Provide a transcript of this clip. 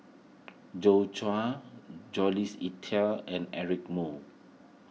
Joi Chua Jules Itier and Eric Moo